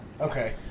Okay